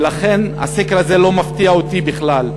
ולכן הסקר הזה לא מפתיע אותי בכלל.